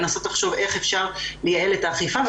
לנסות לחשוב איך אפשר לייעל את האכיפה,